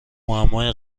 معمای